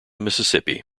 mississippi